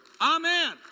Amen